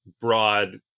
broad